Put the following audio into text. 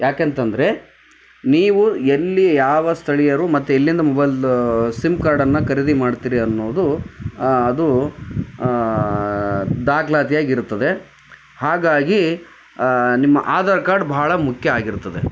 ಯಾಕೆಂತ ಅಂದರೆ ನೀವು ಎಲ್ಲಿ ಯಾವ ಸ್ಥಳೀಯರು ಮತ್ತು ಎಲ್ಲಿಂದ ಮೊಬೈಲ್ದು ಸಿಮ್ ಕಾರ್ಡನ್ನು ಖರೀದಿ ಮಾಡ್ತೀರಿ ಅನ್ನೋದು ಅದು ದಾಖಲಾತಿಯಾಗಿರ್ತದೆ ಹಾಗಾಗಿ ನಿಮ್ಮ ಆಧಾರ್ ಕಾರ್ಡ್ ಬಹಳ ಮುಖ್ಯ ಆಗಿರ್ತದೆ